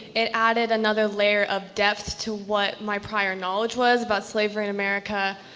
it added another layer of depth to what my prior knowledge was about slavery in america.